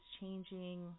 changing